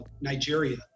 nigeria